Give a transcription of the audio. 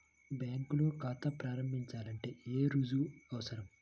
బ్యాంకులో ఖాతా ప్రారంభించాలంటే ఏ రుజువులు అవసరం?